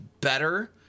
better